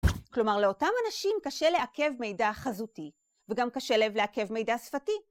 כלומר, לאותם אנשים קשה לעכב מידע חזותי וגם קשה להם לעכב מידע שפתי.